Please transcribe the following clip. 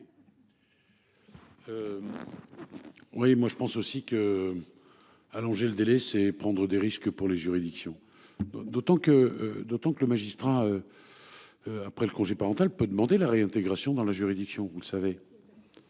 Oui, moi je pense aussi que. Allonger le délai, c'est prendre des risques pour les juridictions. D'autant que d'autant que le magistrat. Après le congé parental peut demander la réintégration dans la juridiction. Vous le savez.